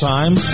Time